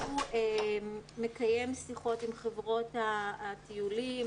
שהוא מקיים שיחות עם חברות הטיולים,